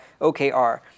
OKR